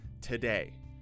today